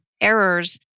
errors